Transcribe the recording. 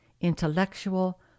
intellectual